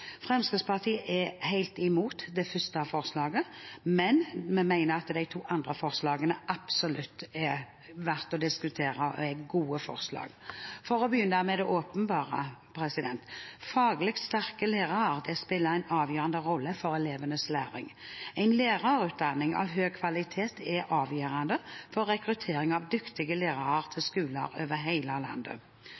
Fremskrittspartiet er helt imot det første forslaget, men vi mener de to andre forslagene absolutt er verdt å diskutere og er gode forslag. For å begynne med det åpenbare: Faglig sterke lærere spiller en avgjørende rolle for elevenes læring. En lærerutdanning av høy kvalitet er avgjørende for rekruttering av dyktige lærere til